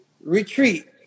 retreat